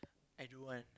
I don't want